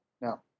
Now